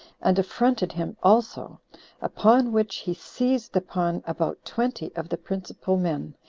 and affronted him also upon which he seized upon about twenty of the principal men,